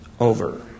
over